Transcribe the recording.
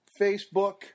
Facebook